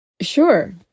Sure